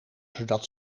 zodat